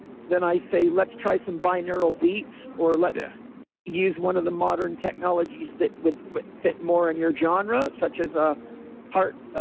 then i say, let's try some binaural beats or let's use one of the modern technologies that would fit fit more on your genre such as a heart. ah